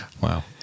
Wow